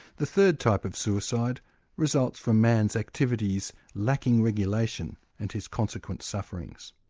the third type of suicide results from man's activities lacking regulation, and his consequent sufferance.